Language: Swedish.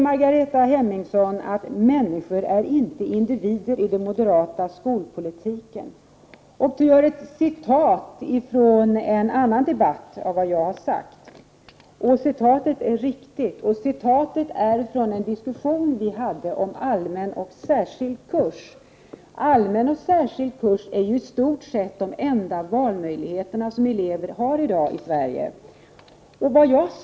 Margareta Hemmingsson säger att människor inte är individer i den moderata skolpolitiken. Hon citerar något jag har sagt i en annan debatt. Citatet är riktigt. Det är taget från en diskussion vi hade om allmän och särskild kurs. Allmän och särskild kurs är i stort sett de enda valmöjligheter som elever i Sverige har i dag.